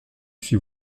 suis